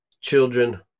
children